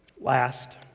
Last